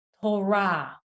Torah